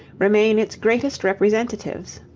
remain its greatest representatives,